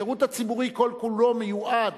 השירות הציבורי כל כולו מיועד